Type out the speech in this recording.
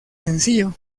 sencillo